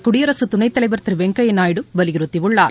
குடியரசு துணைத்தலைவர் திரு வெங்கையா நாயுடு வலியுறுத்தியுள்ளார்